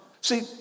See